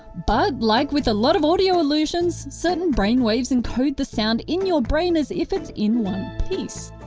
but, like with a lot of audio illusions, certain brain waves encode the sound in your brain as if it's in one piece.